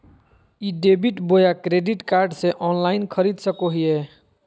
ई debit बोया credit card से online खरीद सको हिए?